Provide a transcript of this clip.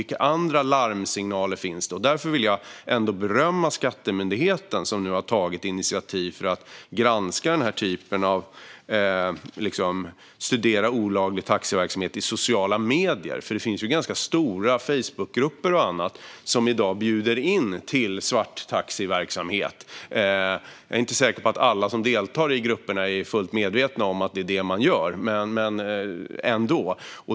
Vilka andra larmsignaler finns det? Därför vill jag berömma Skattemyndigheten, som nu har tagit initiativ till att granska olaglig taxiverksamhet i sociala medier. Det finns ju ganska stora Facebookgrupper och annat som i dag bjuder in till svarttaxiverksamhet. Jag är inte säker på att alla som deltar i grupperna är fullt medvetna om att det är det de gör, men ändå.